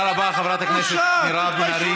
תודה רבה, חברת הכנסת מירב בן ארי.